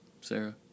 Sarah